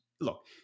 look